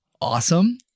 awesome